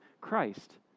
Christ